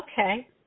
Okay